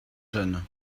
jeunes